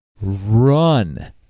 run